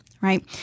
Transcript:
right